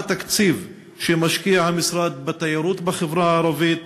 מהו התקציב שמשקיע המשרד בתיירות בחברה הערבית?